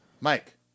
Mike